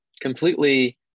completely